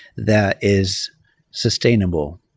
that is sustainable.